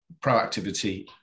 Proactivity